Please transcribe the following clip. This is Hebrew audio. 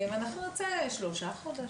אנחנו נרצה 3 חודשים,